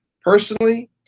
personally